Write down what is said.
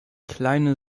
kleine